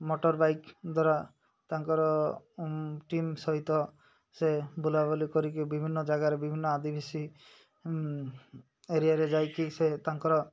ମଟର bike ଦ୍ୱାରା ତାଙ୍କର team ସହିତ ସେ ବୁଲାବୁଲି କରିକି ବିଭିନ୍ନ ଜାଗାରେ ବିଭିନ୍ନ ଆଦିବାସୀ ଏରିଆରେ ଯାଇକି ସେ ତାଙ୍କର